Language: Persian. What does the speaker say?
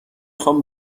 خوام